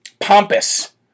pompous